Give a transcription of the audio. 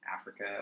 Africa